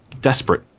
desperate